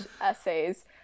essays